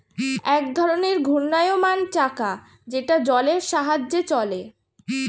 এক ধরনের ঘূর্ণায়মান চাকা যেটা জলের সাহায্যে চলে